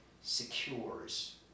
secures